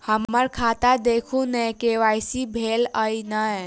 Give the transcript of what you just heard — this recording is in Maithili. हम्मर खाता देखू नै के.वाई.सी भेल अई नै?